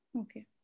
Okay